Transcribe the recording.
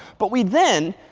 but we then,